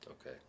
Okay